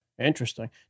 Interesting